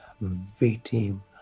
Victim